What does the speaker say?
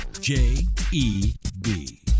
J-E-B